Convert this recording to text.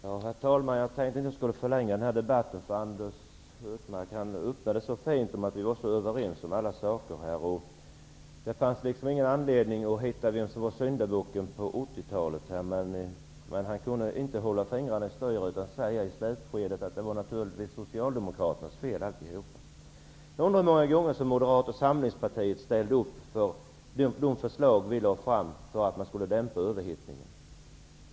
Herr talman! Jag tänkte att jag inte skulle förlänga denna debatt, eftersom Anders G Högmark öppnade så fint med att vi var så överens om allt här och att det inte fanns någon anledning att tala om vem som är syndabock för det som hände på 80 talet. Men han kunde inte hålla fingrarna i styr utan sade i slutet av sitt anförande att allt naturligtvis var Socialdemokraternas fel. Jag undrar hur många gånger som Moderata samlingspartiet ställde sig bakom de förslag som vi väckte för att man skulle dämpa överhettningen.